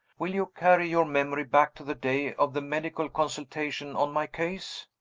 will you carry your memory back to the day of the medical consultation on my case?